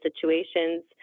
situations